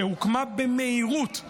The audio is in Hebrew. שהוקמה במהירות.